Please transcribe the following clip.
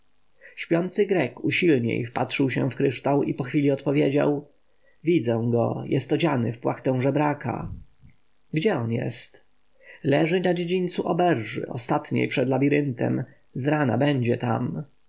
śpiący grek usilniej wpatrzył się w kryształ i po chwili odpowiedział widzę go jest odziany w płachtę żebraka gdzie on jest leży na dziedzińcu oberży ostatniej przed labiryntem z rana będzie tam